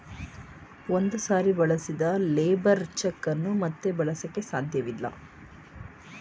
ಒಂದು ಸಾರಿ ಬಳಸಿದ ಲೇಬರ್ ಚೆಕ್ ಅನ್ನು ಮತ್ತೆ ಬಳಸಕೆ ಸಾಧ್ಯವಿಲ್ಲ